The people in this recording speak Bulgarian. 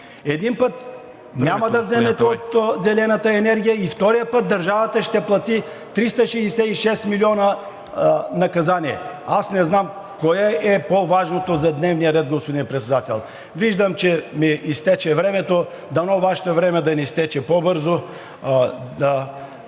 Един път, няма да вземете от зелената енергия, втория път, държавата ще плати 366 милиона наказание. Аз не знам кое е по-важното за дневния ред, господин Председател?! Виждам, че ми изтече времето, дано Вашето време да не изтече по-бързо,